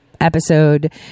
episode